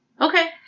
Okay